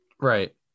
Right